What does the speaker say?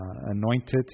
anointed